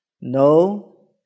No